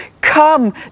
come